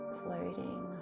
floating